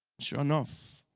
sure enough,